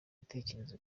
bitekerezo